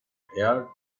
hair